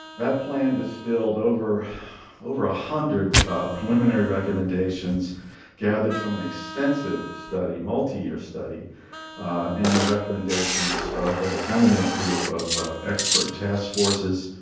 that plan distilled over over one ah hundred preliminary recommendations gathered from an extensive study, multiyear study and the recommendations of an eminent group of expert task forces,